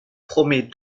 promet